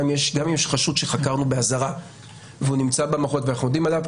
גם אם יש חשוד שחקרנו באזהרה והוא נמצא במערכות ואנחנו יודעים עליו,